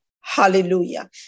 Hallelujah